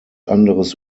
anderes